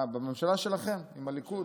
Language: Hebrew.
בממשלה שלכם עם הליכוד,